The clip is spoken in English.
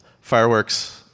fireworks